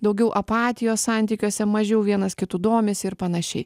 daugiau apatijos santykiuose mažiau vienas kitu domisi ir panašiai